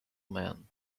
man